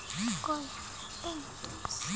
বিমার টাকার দাবি কিভাবে ক্লেইম করতে হয়?